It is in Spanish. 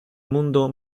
mundo